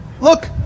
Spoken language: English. Look